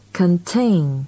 contain